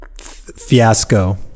fiasco